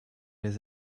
les